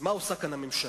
למה ככה?